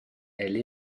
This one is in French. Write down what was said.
elle